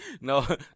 No